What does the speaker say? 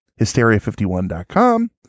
hysteria51.com